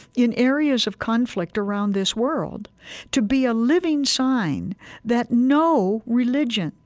in areas of conflict around this world to be a living sign that no religion,